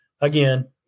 Again